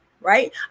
right